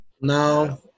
No